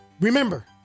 Remember